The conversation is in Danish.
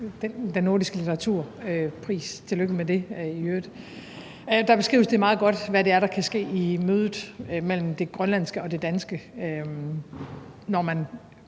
fået Nordisk Råds litteraturpris – tillykke med det i øvrigt. Der beskrives det meget godt, hvad det er, der kan ske, i mødet mellem det grønlandske og det danske, når man